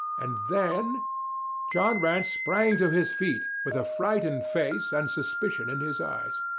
and then john rance sprang to his feet with a frightened face and suspicion in his eyes.